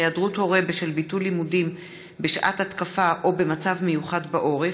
היעדרות הורה בשל ביטול לימודים בשעת התקפה או במצב מיוחד בעורף),